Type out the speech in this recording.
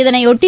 இதனைபொட்டி